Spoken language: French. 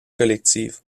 collective